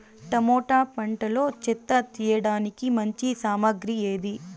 Tomato పంటలో చెత్త తీయడానికి మంచి సామగ్రి ఏది?